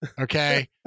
Okay